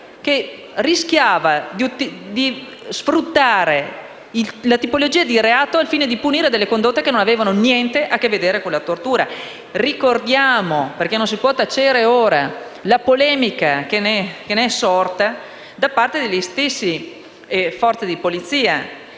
che rischiavano di sfruttare la tipologia di reato al fine di punire condotte che non avevano niente a che vedere con la tortura. Ricordiamo - perché ora non si può tacere - la polemica sorta da parte delle stesse forze di polizia.